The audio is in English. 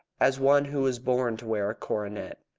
as one who was born to wear a coronet.